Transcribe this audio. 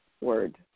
word